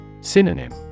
Synonym